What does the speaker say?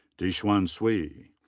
dixuan so cui.